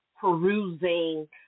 perusing